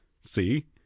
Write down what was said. See